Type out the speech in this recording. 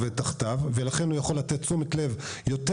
עובד תחתיו ולכן הוא יכול לתת תשומת לב יותר